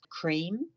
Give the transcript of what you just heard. cream